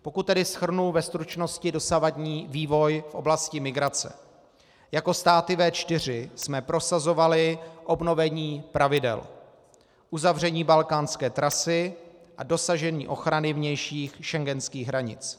Pokud tedy shrnu ve stručnosti dosavadní vývoj v oblasti migrace, jako státy V4 jsme prosazovali obnovení pravidel, uzavření balkánské trasy a dosažení ochrany vnějších schengenských hranic.